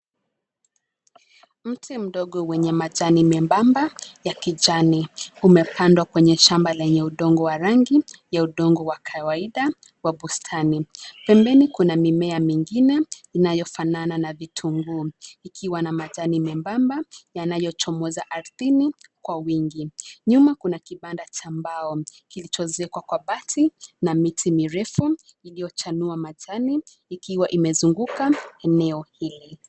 Mti mdogo wenye majani membamba, ya kijani, umepandwa kwenye shamba lenye udongo wa rangi, ya udongo wa kawaida, wa bustani, pembeni kuna mimea mingine, yanayofanana na vitunguu, ikiwa na majani membamba, yanayochomoza ardhini, kwa wingi, nyuma kuna kibanda cha mbao, kilichoezekwa kwa bati, na miti mirefu, iliyochanua majani, ikiwa imezunguka eneo hili.